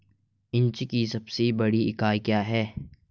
Inch की सबसे छोटी इकाई क्या है?